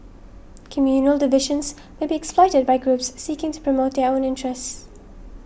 communal divisions may be exploited by groups seeking to promote their own interests